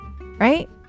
Right